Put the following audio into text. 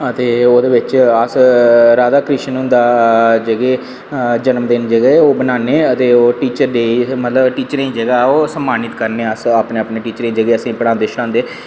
ते ओह्दे बिच अस राधाकृष्ण होंदा जेह्के ते जन्मदिन ओह् बनाने ते टीचर डे ते टीचरें गी जेह्का ओह् सम्मानत करने अस ते अपने अपने टीचरें गी जेह्के असेंगी पढ़ांदे